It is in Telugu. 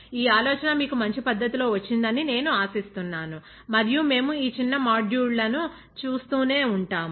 ఈ ఆలోచన మీకు మంచి పద్ధతిలో వచ్చిందని నేను ఆశిస్తున్నాను మరియు మేము ఈ చిన్న మాడ్యూళ్ళను చూస్తూనే ఉంటాము